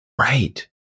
Right